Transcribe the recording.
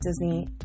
Disney